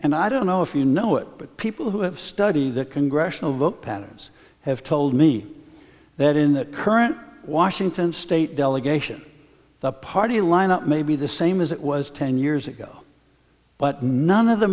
and i don't know if you know it but people who have study the congressional vote patterns have told me that in that current washington state delegation the party line up may be the same as it was ten years ago but none of the